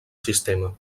sistema